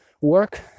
work